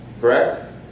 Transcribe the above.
Correct